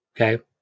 Okay